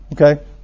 Okay